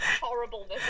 horribleness